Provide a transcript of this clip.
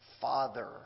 Father